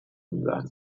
ihnen